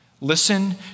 listen